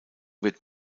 wird